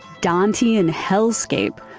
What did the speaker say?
dantean hellscape.